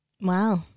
Wow